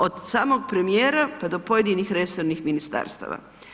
Od samog premijera pa do pojedinih resornih ministarstava.